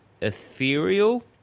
ethereal